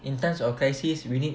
in times of crisis we need